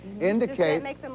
indicate